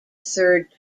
third